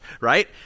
right